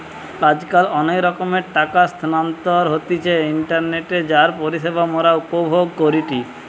আজকাল অনেক রকমের টাকা স্থানান্তর হতিছে ইন্টারনেটে যার পরিষেবা মোরা উপভোগ করিটি